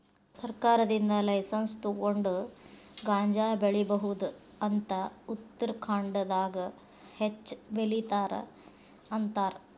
ಸರ್ಕಾರದಿಂದ ಲೈಸನ್ಸ್ ತುಗೊಂಡ ಗಾಂಜಾ ಬೆಳಿಬಹುದ ಅಂತ ಉತ್ತರಖಾಂಡದಾಗ ಹೆಚ್ಚ ಬೆಲಿತಾರ ಅಂತಾರ